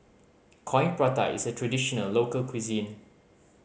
Coin Prata is a traditional local cuisine